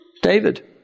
David